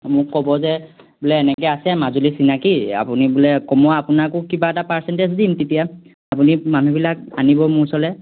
মোক ক'ব যে বোলে এনেকৈ আছে মাজুলী চিনাকি আপুনি বোলে ক মই আপোনাকো কিবা এটা পাৰ্চেণ্টেজ দিম তেতিয়া আপুনি মানুহবিলাক আনিব মোৰ ওচৰলৈ